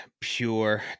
pure